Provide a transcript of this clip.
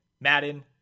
Madden